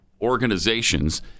organizations